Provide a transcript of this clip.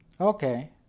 Okay